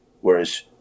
whereas